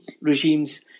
regimes